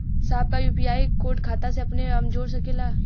साहब का UPI code खाता से अपने हम जोड़ सकेला?